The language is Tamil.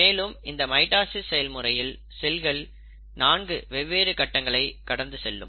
மேலும் இந்த மைட்டாசிஸ் செயல்முறையில் செல்கள் நான்கு வெவ்வேறு கட்டங்களை கடந்து செல்லும்